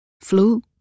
flu